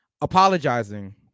apologizing